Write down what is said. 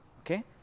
Okay